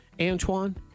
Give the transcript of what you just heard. Antoine